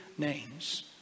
names